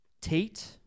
Tate